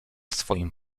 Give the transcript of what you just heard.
swoim